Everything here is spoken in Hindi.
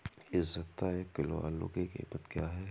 इस सप्ताह एक किलो आलू की कीमत क्या है?